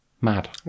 Mad